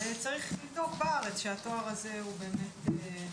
וצריך לבדוק בארץ שהתואר הזה הוא באמת.